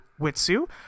Witsu